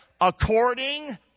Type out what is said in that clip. According